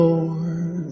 Lord